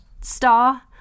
star